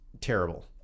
terrible